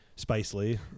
Spicely